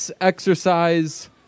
exercise